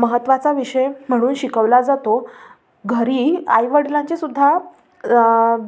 महत्त्वाचा विषय म्हणून शिकवला जातो घरी आईवडिलांचीसुद्धा